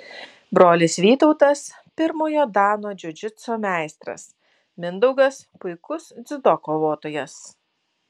brolis vytautas pirmojo dano džiudžitso meistras mindaugas puikus dziudo kovotojas